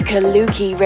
Kaluki